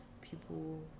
People